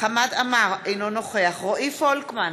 חמד עמאר, אינו נוכח רועי פולקמן,